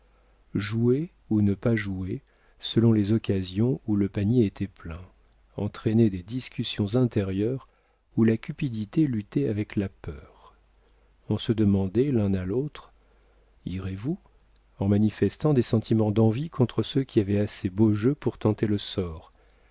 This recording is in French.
jouer ou ne pas jouer selon les occasions où le panier était plein entraînait des discussions intérieures où la cupidité luttait avec la peur on se demandait l'un à l'autre irez-vous en manifestant des sentiments d'envie contre ceux qui avaient assez beau jeu pour tenter le sort